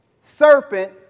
serpent